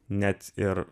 net ir